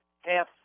half